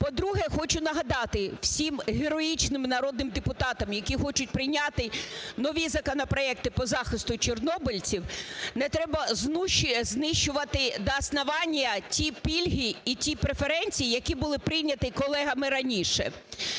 По-друге, хочу нагадати всім героїчним народним депутатам, які хочуть прийняти нові законопроекти по захисту чорнобильців, не треба знищувати до основания ті пільги і ті преференції, які були прийняті колегами раніше.